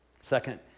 Second